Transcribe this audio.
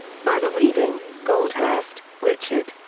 further reading goldhurst, richard.